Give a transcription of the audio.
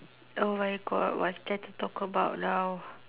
oh my god what's there to talk about now